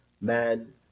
man